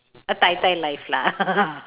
a tai tai life lah